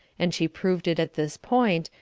and she proved it at this point,